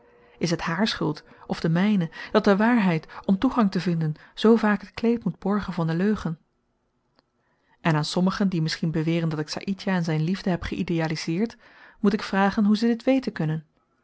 is t haar schuld of de myne dat de waarheid om toegang te vinden zoo vaak het kleed moet borgen van de leugen en aan sommigen die misschien beweren dat ik saïdjah en zyn liefde heb geïdealiseerd moet ik vragen hoe ze dit weten kunnen